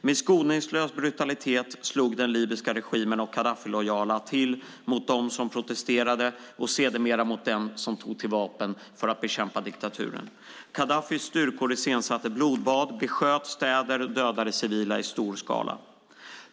Med skoningslös brutalitet slog den libyska regimen och Gaddafilojala till mot dem som protesterade och sedermera mot dem som tog till vapen för att bekämpa diktaturen. Gaddafis styrkor iscensatte blodbad, besköt städer och dödade civila i stor skala.